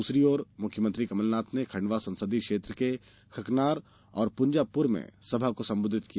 दूसरी ओर मुख्यमंत्री कमलनाथ ने खंडवा संसदीय क्षेत्र के खकनार और पुंजापुर में सभा को संबोधित किया